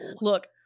Look